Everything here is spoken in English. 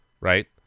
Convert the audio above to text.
Right